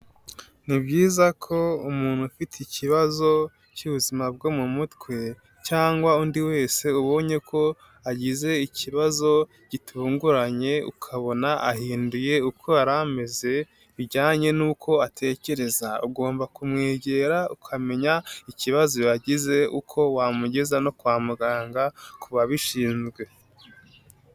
Ni byiza ko umuntu ufite ikibazo cy'ubuzima bwo mu mutwe cyangwa undi wese ubonye ko agize ikibazo gitunguranye, ukabona ahinduye uko yari ameze bijyanye nuko atekereza, ugomba kumwegera ukamenya ikibazo yagize, uko wamugeza no kwa muganga ku babishinzwe.